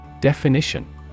Definition